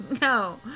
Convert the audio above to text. No